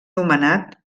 nomenat